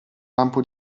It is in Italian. lampo